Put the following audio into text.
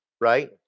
right